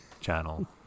channel